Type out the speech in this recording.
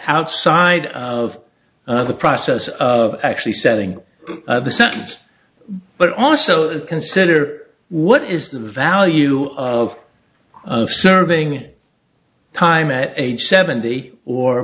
outside of the process of actually setting the sentence but also consider what is the value of serving time at age seventy or